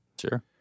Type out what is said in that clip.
Sure